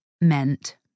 meant